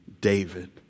David